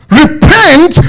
repent